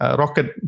rocket